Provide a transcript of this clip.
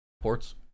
ports